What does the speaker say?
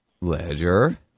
Ledger